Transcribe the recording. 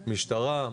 משטרה,